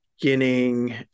beginning